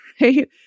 right